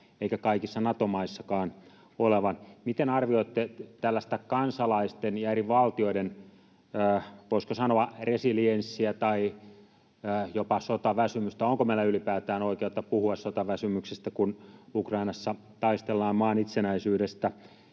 eikä kaikissa Nato-maissakaan olevan. Miten arvioitte tällaista kansalaisten ja eri valtioiden, voisiko sanoa, resilienssiä tai jopa sotaväsymystä, onko meillä ylipäätään oikeutta puhua sotaväsymyksestä, kun Ukrainassa taistellaan maan itsenäisyydestä?